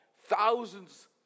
thousands